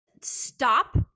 Stop